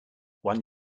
one